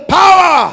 power